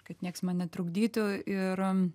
kad nieks man netrukdytų ir